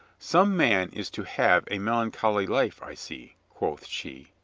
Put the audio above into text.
some man is to have a melancholy life, i see, quoth she,